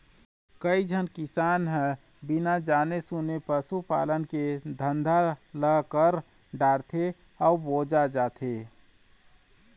कइझन किसान ह बिना जाने सूने पसू पालन के धंधा ल कर डारथे अउ बोजा जाथे